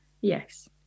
yes